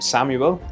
Samuel